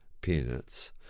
peanuts